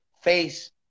face